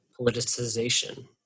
politicization